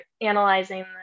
analyzing